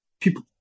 people